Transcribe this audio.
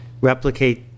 replicate